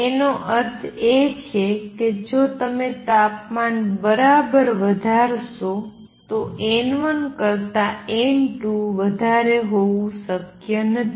તેનો અર્થ એ છે કે જો તમે તાપમાન બરાબર વધારશો તો n1 કરતા n2 વધારે હોવું શક્ય નથી